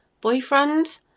boyfriend